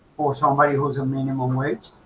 or somebody who's a minimum wage?